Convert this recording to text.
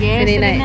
yesterday night